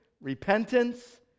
repentance